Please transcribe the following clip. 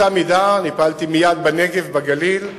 באותה מידה טיפלתי מייד בנגב ובגליל,